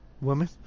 Woman